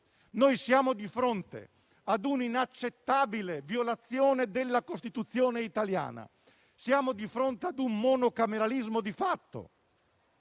Siamo di fronte a un'inaccettabile violazione della Costituzione italiana. Siamo di fronte a un monocameralismo di fatto,